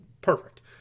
perfect